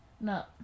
No